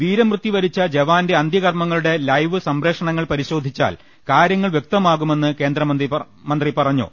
വീരമൃത്യുവരിച്ച ജവാന്റെ അന്ത്യകർമ്മങ്ങളുടെ ലൈവ് സംപ്രേഷണങ്ങൾ പരിശോ ധിച്ചാൽ കാര്യങ്ങൾ വൃക്തമാകുമെന്ന് കേന്ദ്രമന്ത്രി പറഞ്ഞു